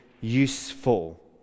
useful